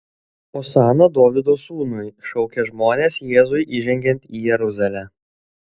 osana dovydo sūnui šaukė žmonės jėzui įžengiant į jeruzalę